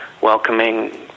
welcoming